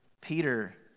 Peter